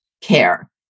care